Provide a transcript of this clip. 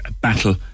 battle